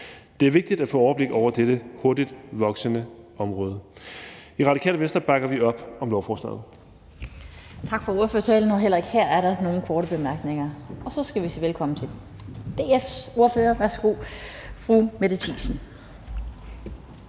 Det er vigtigt at få overblik over dette hurtigt voksende område. I Radikale Venstre bakker vi op om lovforslaget. Kl. 12:10 Den fg. formand (Annette Lind): Tak for ordførertalen. Heller ikke her er der nogen korte bemærkninger. Så skal vi sige velkommen til DF's ordfører. Værsgo til fru Mette Thiesen.